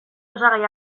osagai